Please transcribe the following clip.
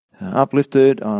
uplifted